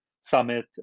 summit